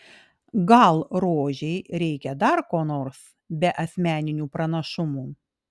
gal rožei reikia dar ko nors be asmeninių pranašumų